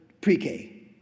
pre-K